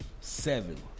seven